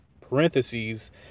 parentheses